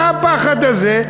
והפחד הזה,